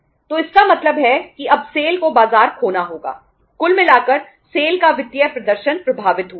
तो इसका मतलब है कि अब सेल का वित्तीय प्रदर्शन प्रभावित हुआ है